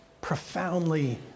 profoundly